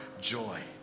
joy